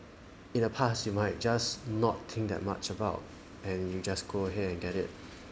in the past you might just not think that much about and you just go ahead and get it